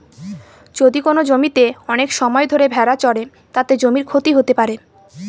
যদি কোনো জমিতে অনেক সময় ধরে ভেড়া চড়ে, তাতে জমির ক্ষতি হতে পারে